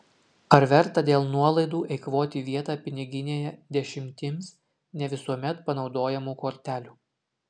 ar verta dėl nuolaidų eikvoti vietą piniginėje dešimtims ne visuomet panaudojamų kortelių